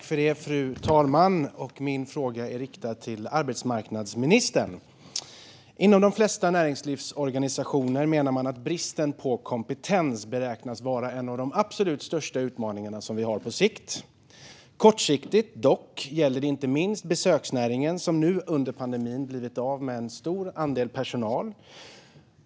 Fru talman! Min fråga riktas till arbetsmarknadsministern. Inom de flesta näringslivsorganisationer menar man att bristen på kompetens beräknas vara en av de absolut största utmaningar vi har på sikt. Kortsiktigt gäller det inte minst besöksnäringen, som under pandemin blivit av med en stor andel av sin personal.